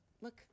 look